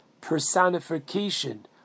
personification